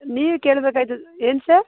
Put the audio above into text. ನೀವು ಕೇಳಬೇಕೈತದೆ ಏನು ಸರ್